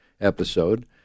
episode